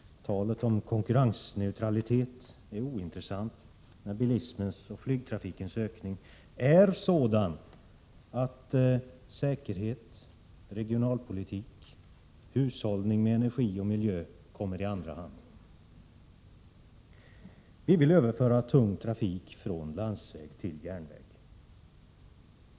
Talet om konkurrensneutralitet är ointressant när bilismens och flygtrafikens ökning är sådan att säkerhet, regionalpolitik, hushållning med energi och miljö kommer i andra hand. Vi vill överföra tung trafik från landsväg till järnväg.